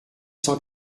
cent